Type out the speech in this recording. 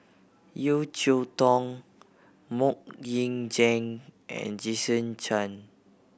Yeo Cheow Tong Mok Ying Jang and Jason Chan